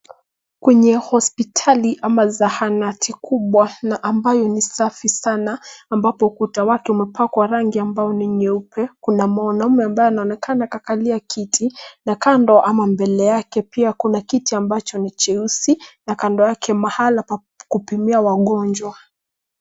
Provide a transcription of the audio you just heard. Kwenye hospitali ama zahanati kubwa na ambayo ni safi sana ambapo kuta wake umepakwa rangi ambayo ni nyeupe, kuna mwanaume ambaye anaonekana kakalia kiti na kando ama mbele yake pia kuna kiti ambacho ni cheusi na kando yake mahala pa kupimia wagonjwa.